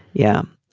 yeah.